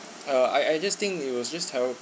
uh I I just think it was just terrible